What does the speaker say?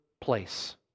place